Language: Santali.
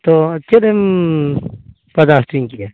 ᱛᱚ ᱪᱮᱫ ᱮᱢ ᱯᱟᱡᱟᱣ ᱦᱚᱪᱚᱧ ᱠᱮᱭᱟ